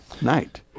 night